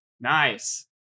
Nice